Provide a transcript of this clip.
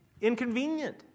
inconvenient